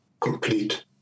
complete